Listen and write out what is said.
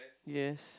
yes